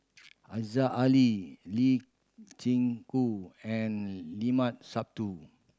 Aziza Ali Lee Chin Koon and Limat Sabtu